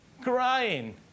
crying